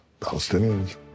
Palestinians